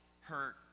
hurt